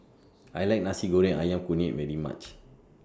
I like Nasi Goreng Ayam Kunyit very much